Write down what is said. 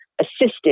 assisted